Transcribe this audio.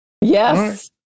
Yes